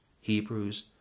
Hebrews